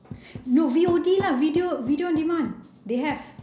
no V_O_D lah video video on demand they have